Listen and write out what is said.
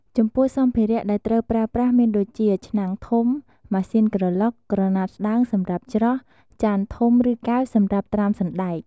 ចំពោះសម្ភារៈដែលត្រូវប្រើប្រាស់មានដូចជា ឆ្នាំងធំ ម៉ាស៊ីនក្រឡុក ក្រណាត់ស្តើងសម្រាប់ច្រោះ ចានធំ ឬកែវសម្រាប់ត្រាំសណ្ដែក។